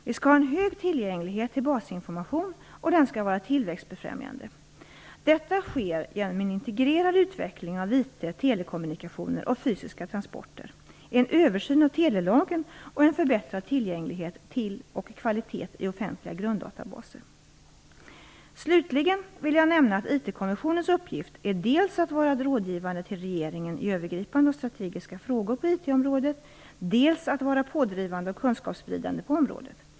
Vi skall ha en hög tillgänglighet till basinformation, och den skall vara tillväxtbefrämjande. Detta sker genom en integrerad utveckling av IT/telekommunikationer och fysiska transporter, en översyn av telelagen och en förbättrad tillgänglighet till och kvalitet i offentliga grunddatabaser. Slutligen vill jag nämna att IT-kommissionens uppgift är dels att vara rådgivande åt regeringen i övergripande och strategiska frågor på IT-området, dels att vara pådrivande och kunskapsspridande på området.